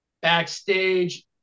backstage